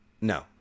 No